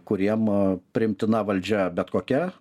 kuriem priimtina valdžia bet kokia